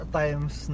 times